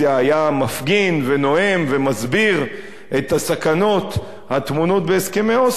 היה מפגין ונואם ומסביר את הסכנות הטמונות בהסכמי אוסלו,